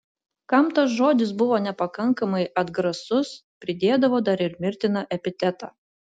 kam tas žodis buvo nepakankamai atgrasus pridėdavo dar ir mirtiną epitetą